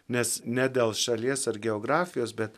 nes ne dėl šalies ar geografijos bet